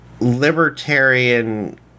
libertarian